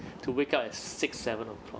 to wake up at six seven o'clock